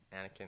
Anakin